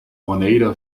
oneida